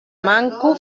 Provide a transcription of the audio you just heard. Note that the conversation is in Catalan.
manco